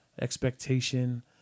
expectation